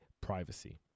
privacy